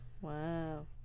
Wow